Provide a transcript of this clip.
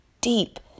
deep